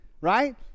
Right